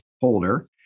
Holder